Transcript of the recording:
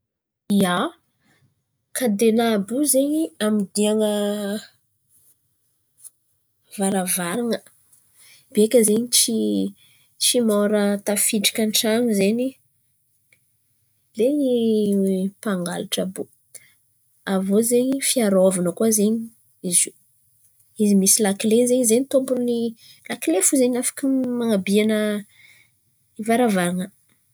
ia, kadena àby io zen̈y hamodian̈a varavarana beka zen̈y tsy tsy môra tafidriky an-tran̈o zen̈y ery mpangalatra àby io. Avô zen̈y fiarôvana koa zen̈y izy io, izy misy lakile zen̈y, zen̈y tômpon̈y lakile fo zen̈y afaka man̈abiana ny varavarana.